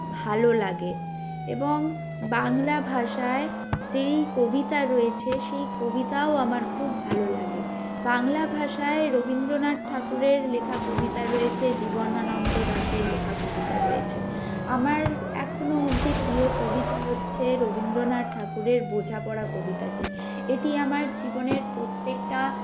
ভালো লাগে এবং বাংলা ভাষায় যেই কবিতা রয়েছে সেই কবিতাও আমার খুব ভালো লাগে বাংলা ভাষায় রবীন্দ্রনাথ ঠাকুরের লেখা কবিতা রয়েছে জীবনানন্দ দাশের লেখা কবিতা রয়েছে আমার এখনও অবধি প্রিয় কবিতা হচ্ছে রবীন্দ্রনাথ ঠাকুরের বোঝাপড়া কবিতাটি এটি আমার জীবনের প্রত্যেকটা